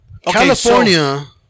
California